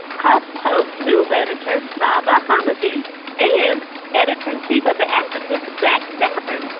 huffpost news editor saba hamedy and editor-in-chief of the advocate zach stafford.